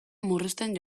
murrizten